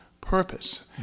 purpose